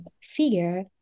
figure